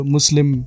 Muslim